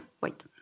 Wait